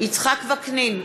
יצחק וקנין,